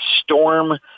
storm